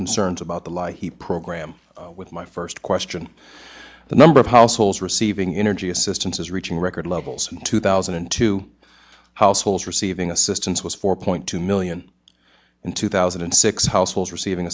concerned about the ly he program with my first question the number of households receiving energy assistance is reaching record levels in two thousand and two households receiving assistance was four point two million in two thousand and six households receiving